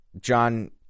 John